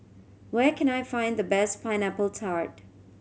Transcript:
where can I find the best Pineapple Tart